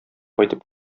кайтып